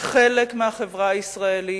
כחלק מהחברה הישראלית,